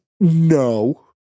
No